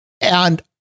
and-